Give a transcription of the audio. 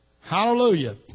Hallelujah